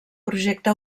projecte